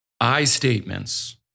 I-statements